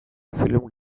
filmed